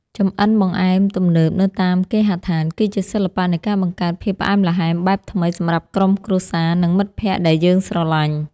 ចម្អិនបង្អែមទំនើបនៅតាមគេហដ្ឋាន គឺជាសិល្បៈនៃការបង្កើតភាពផ្អែមល្ហែមបែបថ្មីសម្រាប់ក្រុមគ្រួសារ និងមិត្តភក្តិដែលយើងស្រឡាញ់។